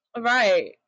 right